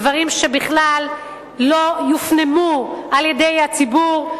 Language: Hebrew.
דברים שבכלל לא יופנמו על-ידי הציבור.